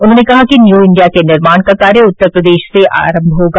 उन्होंने कहा कि न्यू इंडिया के निर्माण का कार्य उत्तर प्रदेश से प्रारंभ होगा